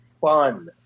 fun